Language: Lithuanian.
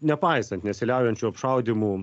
nepaisant nesiliaujančių apšaudymų